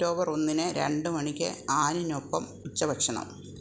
October ഒന്നിന് രണ്ട് മണിക്ക് ആനിനൊപ്പം ഉച്ചഭക്ഷണം